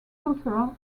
cultural